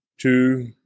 two